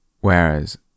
whereas